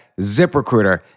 ZipRecruiter